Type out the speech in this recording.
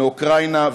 מאוקראינה,